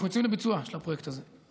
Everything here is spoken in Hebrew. אנחנו יוצאים לביצוע של הפרויקט הזה.